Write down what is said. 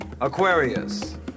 Aquarius